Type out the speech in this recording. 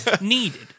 Needed